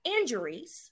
injuries